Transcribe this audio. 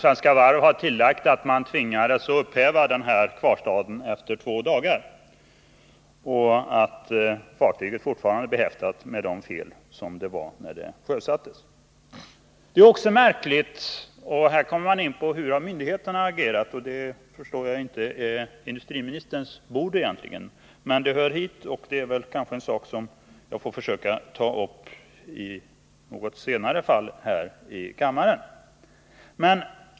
Svenska Varv kunde ha tillagt att man tvingades upphäva kvarstaden efter två dagar. Fartyget är fortfarande behäftat med de fel det hade när det sjösattes. Jag kommer sedan in på hur myndigheterna agerat. Jag förstår att det egentligen inte är industriministerns bord, men det hör hit — det är en sak som jag kanske får försöka att ta upp också i något annat sammanhang här i kammaren.